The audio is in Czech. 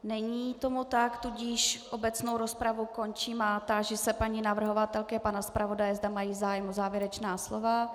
Není tomu tak, tudíž obecnou rozpravu končím a táži se paní navrhovatelky a pana zpravodaje, zda mají zájem o závěrečná slova.